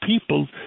people